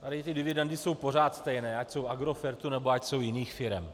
Tady ty dividendy jsou pořád stejné, ať jsou Agrofertu, nebo ať jsou jiných firem.